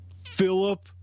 Philip